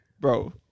bro